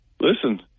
listen